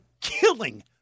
killing